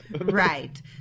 right